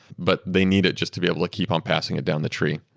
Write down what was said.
but they need it just to be able to keep on passing it down the tree.